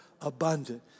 abundant